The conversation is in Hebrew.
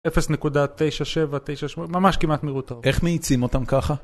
אפס נקודה תשע שבע תשע שמונה, ממש כמעט מהירות האור. איך מאיצים אותם ככה?